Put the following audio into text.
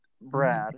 Brad